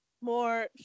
more